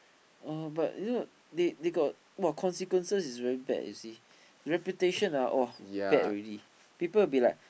oh but you know they they got !wah! consequences is very bad you see reputation ah !wah! bad already people will be like